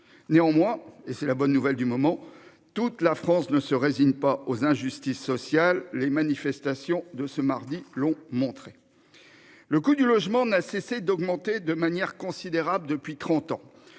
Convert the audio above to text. Néanmois et c'est la bonne nouvelle du moment, toute la France ne se résigne pas aux injustices sociales. Les manifestations de ce mardi l'ont montré. Le coût du logement n'a cessé d'augmenter de manière considérable depuis 30 ans.